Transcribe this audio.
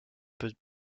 peut